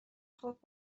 خوب